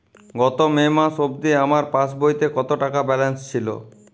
গত মে মাস অবধি আমার পাসবইতে কত টাকা ব্যালেন্স ছিল?